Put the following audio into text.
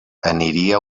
aniria